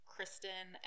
Kristen